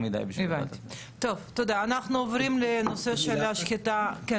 בדיון הקודם דנו בנושא של שחיטה בחו"ל